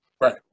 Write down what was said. Right